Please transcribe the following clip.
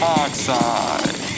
oxide